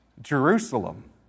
Jerusalem